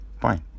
fine